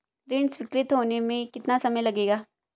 ऋण स्वीकृत होने में कितना समय लगेगा?